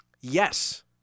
Yes